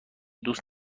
دوست